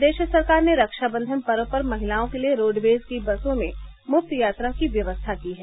प्रदेश सरकार ने रक्षाबंधन पर्व पर महिलाओं के लिए रोडवेज की बसों में मुफ्त यात्रा की व्यवस्था की है